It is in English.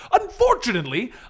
Unfortunately